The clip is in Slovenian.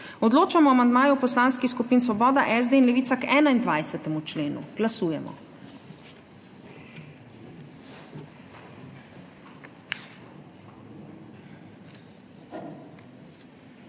Odločamo o amandmaju poslanskih skupin Svoboda, SD in Levica k 15. členu. Glasujemo.